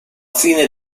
fine